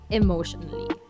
emotionally